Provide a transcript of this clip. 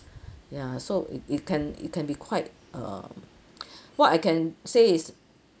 ya so it it can it can be quite um what I can say is